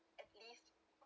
at least